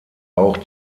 auch